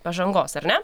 pažangos ar ne